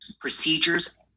procedures